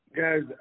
guys